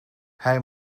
hij